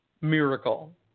miracle